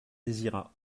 désirat